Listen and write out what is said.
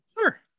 Sure